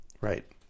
Right